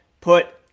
put